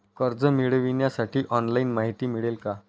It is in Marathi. कर्ज मिळविण्यासाठी ऑनलाइन माहिती मिळेल का?